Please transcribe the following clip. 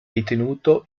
ritenuto